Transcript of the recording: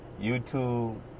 youtube